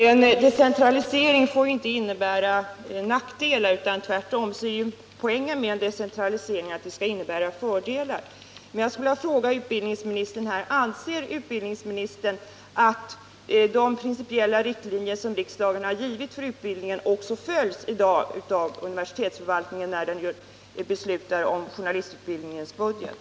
Herr talman! En decentralisering får inte innebära nackdelar, utan tvärtom är poängen med en decentralisering att den skall medföra fördelar. Jag skulle vilja fråga utbildningsministern: Anser utbildningsministern att de principiella riktlinjer som riksdagen har givit för utbildningen också följs i dag av universitetsförvaltningen när den beslutar om journalistutbildningens budget?